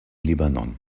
libanon